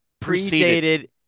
predated